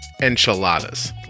enchiladas